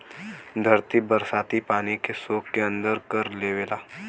धरती बरसाती पानी के सोख के अंदर कर लेवला